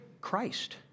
Christ